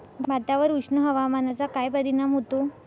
भातावर उष्ण हवामानाचा काय परिणाम होतो?